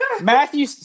Matthew